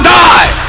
die